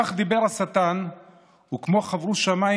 // כך דיבר השטן וכמו / חיוורו שמיים